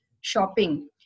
shopping